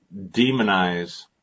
demonize